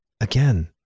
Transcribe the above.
again